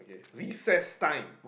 recess time